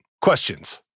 Questions